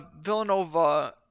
Villanova